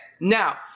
Now